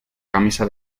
camisa